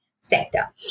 sector